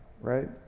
Right